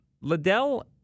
Liddell